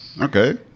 okay